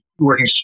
Working